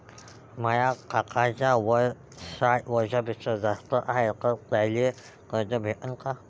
माया काकाच वय साठ वर्षांपेक्षा जास्त हाय तर त्याइले कर्ज भेटन का?